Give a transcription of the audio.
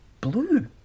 blue